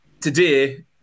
today